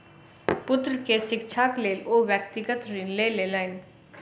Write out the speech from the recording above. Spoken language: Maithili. पुत्र के शिक्षाक लेल ओ व्यक्तिगत ऋण लय लेलैन